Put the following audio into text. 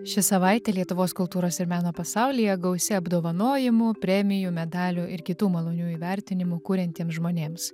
ši savaitė lietuvos kultūros ir meno pasaulyje gausi apdovanojimų premijų medalių ir kitų malonių įvertinimų kuriantiems žmonėms